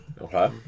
Okay